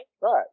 Right